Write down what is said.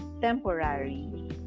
temporary